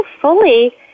fully